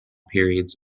periods